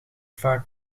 vaak